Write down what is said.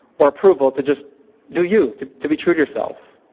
or approval to just do you? to to be true to yourself?